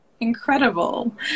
incredible